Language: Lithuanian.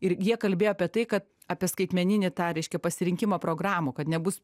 ir jie kalbėjo apie tai kad apie skaitmeninį tą reiškia pasirinkimą programų kad nebus